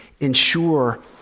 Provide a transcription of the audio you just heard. ensure